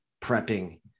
prepping